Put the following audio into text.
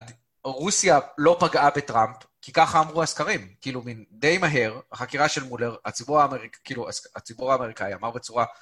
רוסיה לא פגעה בטראמפ כי ככה אמרו הזכרים, כאילו די מהר, חקירה של מולר, הציבור האמריקאי אמר בצורה